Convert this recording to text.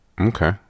okay